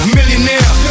Millionaire